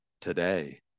today